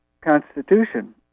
Constitution